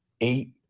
Eight